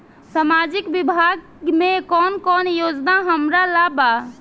सामाजिक विभाग मे कौन कौन योजना हमरा ला बा?